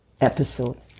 episode